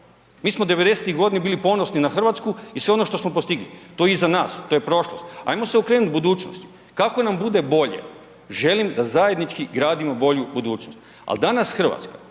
Mi smo '90.-tih godina bili ponosni na RH i sve ono što smo postigli, to je iza nas, to je prošlost, ajmo se okrenut budućnosti kako nam bude bolje, želim da zajednički gradimo bolju budućnost. Al danas RH,